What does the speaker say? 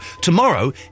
tomorrow